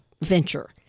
venture